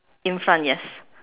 in front yes